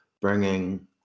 bringing